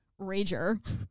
rager